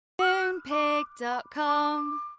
Moonpig.com